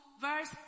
verse